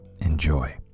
Enjoy